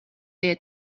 there